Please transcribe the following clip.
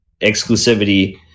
exclusivity